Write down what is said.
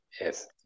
Yes